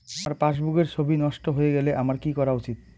আমার পাসবুকের ছবি নষ্ট হয়ে গেলে আমার কী করা উচিৎ?